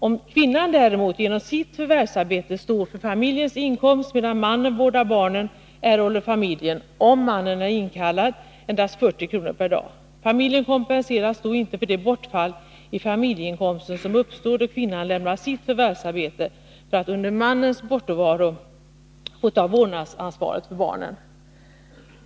Om kvinnan däremot genom sitt förvärvsarbete står för familjens inkomst medan mannen vårdar barnen, erhåller familjen — om mannen är inkallad — endast 40 kr. per dag. Familjen kompenseras då inte för det bortfall i familjeinkomsten som uppstår då kvinnan lämnar sitt förvärvsarbete för att under mannens bortovaro ta vårdnadsansvaret för barnen.